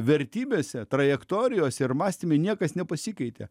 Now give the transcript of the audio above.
vertybėse trajektorijos ir mąstyme niekas nepasikeitė